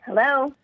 Hello